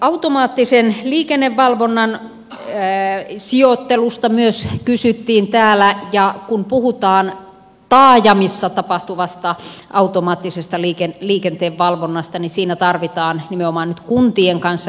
automaattisen liikennevalvonnan sijoittelusta myös kysyttiin täällä ja kun puhutaan taajamissa tapahtuvasta automaattisesta liikenteen valvonnasta niin siinä tarvitaan nimenomaan nyt kuntien kanssa yhteistyötä